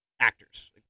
Actors